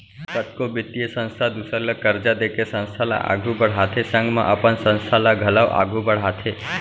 कतको बित्तीय संस्था दूसर ल करजा देके संस्था ल आघु बड़हाथे संग म अपन संस्था ल घलौ आघु बड़हाथे